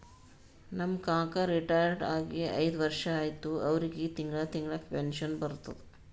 ನಮ್ ಕಾಕಾ ರಿಟೈರ್ ಆಗಿ ಐಯ್ದ ವರ್ಷ ಆಯ್ತ್ ಅವ್ರಿಗೆ ತಿಂಗಳಾ ತಿಂಗಳಾ ಪೆನ್ಷನ್ ಬರ್ತುದ್